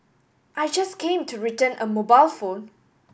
I just came to return a mobile phone